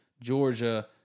Georgia